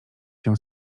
się